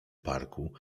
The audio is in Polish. parku